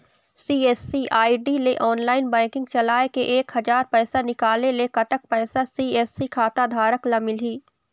CSC ID ले online banking चलाए ले एक हजार पैसा निकाले ले कतक पैसा सी.एस.सी खाता धारक ला मिलही?